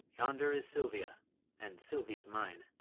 yonder is silvia and silvia's mine.